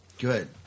Good